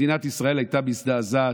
מדינת ישראל הייתה מזדעזעת,